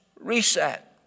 reset